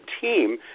team